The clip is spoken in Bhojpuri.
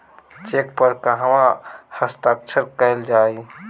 चेक पर कहवा हस्ताक्षर कैल जाइ?